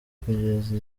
kugeza